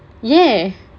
!yay!